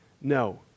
no